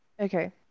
Okay